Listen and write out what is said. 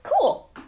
Cool